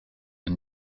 and